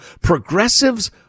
progressives